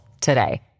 today